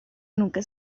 nunca